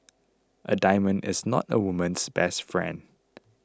a diamond is not a woman's best friend